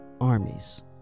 armies